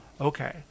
Okay